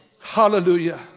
Hallelujah